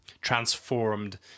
transformed